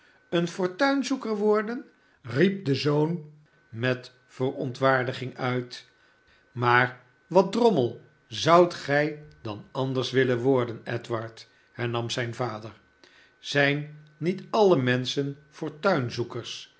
een fortumzoeker worden riep de zoon met verontwaardiging uit maar wat drommel zoudt gij dan anders willen worden edward hernam zijn vader zijn niet alle menschen